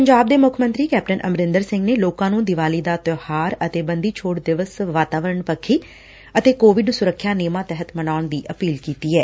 ਪੰਜਾਬ ਦੇ ਮੁੱਖ ਮੰਤਰੀ ਕੈਪਟਨ ਅਮਰਿੰਦਰ ਸਿੰਘ ਨੇ ਲੋਕਾਂ ਨੰ ਦੀਵਾਲੀ ਦਾ ਤਿਉਹਾਰ ਅਤੇ ਬੰਦੀ ਛੋੜ ਦਿਵਸ ਵਾਤਾਵਰਨ ਪੱਖੀ ਅਤੇ ਕੋਵਿਡ ਸੁਰੱਖਿਆ ਨੇਮਾਂ ਤਹਿਤ ਮਨਾਉਣ ਦੀ ਅਪੀਲ ਕੀਤੀ ਐ